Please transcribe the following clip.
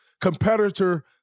competitor